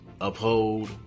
uphold